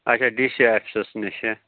اَچھا D C offices نِشہٕ